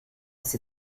sie